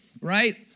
right